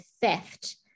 theft